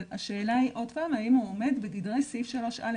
אבל השאלה היא עוד פעם האם הוא עומד בסעיף 3(א),